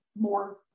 more